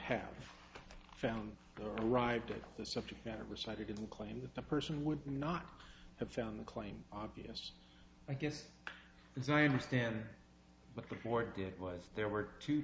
have found arrived at the subject matter which i didn't claim that the person would not have found the claim obvious i guess as i understand but before it it was there